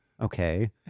okay